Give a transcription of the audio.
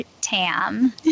Tam